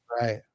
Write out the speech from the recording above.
Right